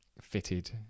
fitted